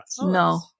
No